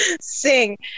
sing